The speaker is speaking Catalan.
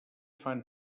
fan